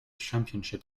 championship